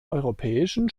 europäischen